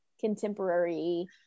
contemporary